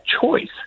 choice